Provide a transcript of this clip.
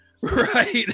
right